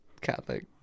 Catholic